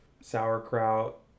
sauerkraut